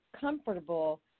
comfortable